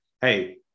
hey